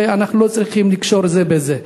ואנחנו לא צריכים לקשור זה בזה.